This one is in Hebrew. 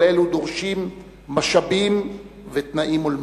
כל אלו דורשים משאבים ותנאים הולמים.